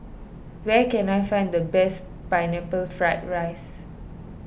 where can I find the best Pineapple Fried Rice